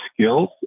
skills